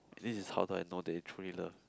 this is how that I know that you truly love